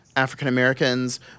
African-Americans